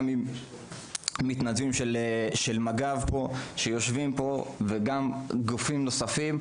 גם עם מתנדבי מג״ב שיושבים פה וגם עם ארגונים נוספים.